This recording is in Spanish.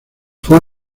fue